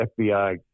FBI